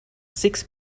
six